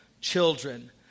children